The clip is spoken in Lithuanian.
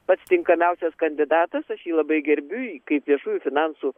pats tinkamiausias kandidatas aš jį labai gerbiu i kaip viešųjų finansų